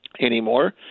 anymore